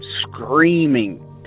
screaming